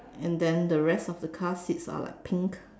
and then the rest of the car sits out like pink